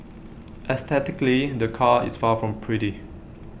aesthetically the car is far from pretty